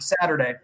Saturday